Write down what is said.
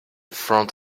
front